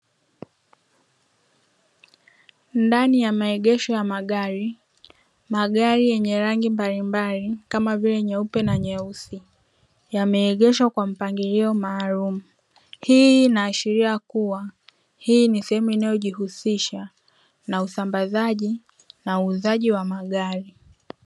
Ndani ya maegesho ya magari, magari yenye rangi mbalimbali kama vile nyeupe na nyeusi yameegeshwa kwa mpangilio maalumu, hii inaashiria kuwa hii ni sehemu inayojihusisha na usambazaji na uuzaji wa magari.